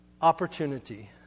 opportunity